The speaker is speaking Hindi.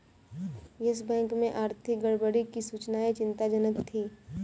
यस बैंक में आर्थिक गड़बड़ी की सूचनाएं चिंताजनक थी